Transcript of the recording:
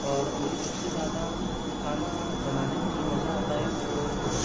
اور مجھے سب سے زیادہ کھانا بنانے میں جو مزا آتا ہے وہ